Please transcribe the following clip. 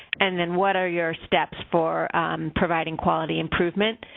and then what are your steps for providing quality improvement,